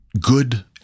good